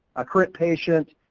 a current patient,